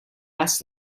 asked